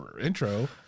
intro